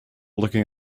looking